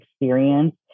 experience